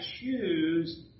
choose